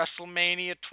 WrestleMania